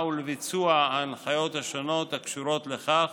ולביצוע ההנחיות השונות הקשורות לכך,